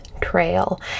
trail